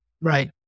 right